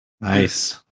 Nice